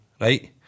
right